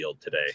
today